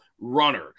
runner